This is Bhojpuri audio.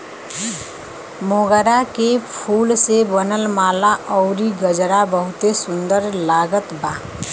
मोगरा के फूल से बनल माला अउरी गजरा बहुते सुन्दर लागत बा